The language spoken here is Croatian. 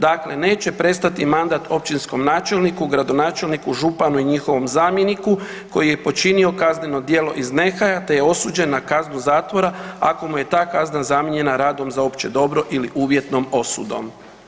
Dakle, neće prestati mandat općinskom načelniku, gradonačelniku, županu i njihovom zamjeniku koji je počinio kazneno djelo iz nehaja te je osuđen na kaznu zatvora ako mu je ta kazna zamijenjena radom za opće dobro ili uvjetnom osudom.